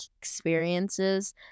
experiences